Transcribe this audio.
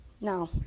Now